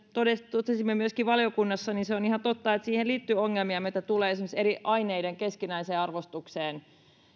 totesimme myöskin valiokunnassa se on ihan totta että siihen liittyi ongelmia mitä tulee esimerkiksi eri aineiden keskinäiseen arvostukseen